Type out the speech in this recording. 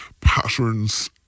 patterns